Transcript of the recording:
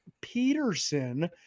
Peterson